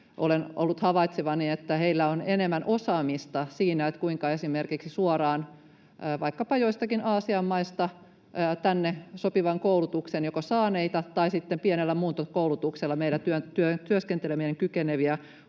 Olen ollut havaitsevani, että heillä on enemmän osaamista siinä, kuinka esimerkiksi suoraan vaikkapa joistakin Aasian maista tänne joko sopivan koulutuksen saaneita tai sitten pienellä muuntokoulutuksella meillä työskentelemään kykeneviä